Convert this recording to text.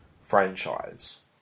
franchise